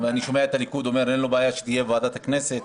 אני שומע את הליכוד אומר שאין לו בעיה שזה יהיה בוועדת הכנסת,